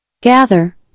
gather